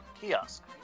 kiosk